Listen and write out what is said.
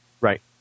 right